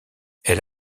elle